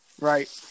right